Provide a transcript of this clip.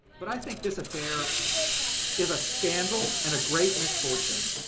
but i think this affair is a scandal and a great misfortune.